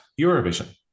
Eurovision